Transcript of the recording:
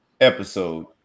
episode